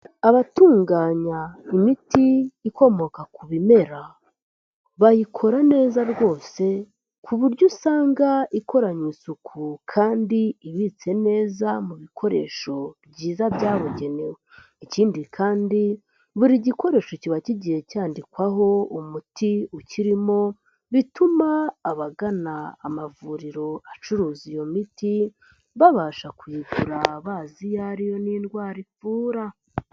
Abatunganya imiti ikomoka ku bimera, bayikora neza rwose ku buryo usanga ikoranywe isuku kandi ibitse neza mu bikoresho byiza byabugenewe, ikindi kandi buri gikoresho kiba kigiye cyandikwaho umuti ukirimo, bituma abagana amavuriro acuruza iyo miti babasha kuyigura bazi iyo ariyo n'indwara ivura.